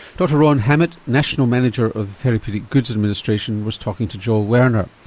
dr rohan hammett, national manager of the therapeutic goods administration was talking to joel werner.